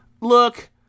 Look